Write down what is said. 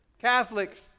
Catholics